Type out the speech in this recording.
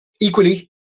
Equally